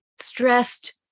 stressed